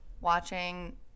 Watching